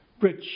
rich